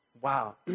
Wow